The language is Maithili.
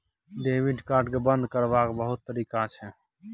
डेबिट कार्ड केँ बंद करबाक बहुत तरीका छै